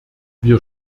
wir